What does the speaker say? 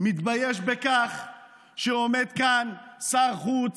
מתבייש בכך שעומד כאן שר החוץ,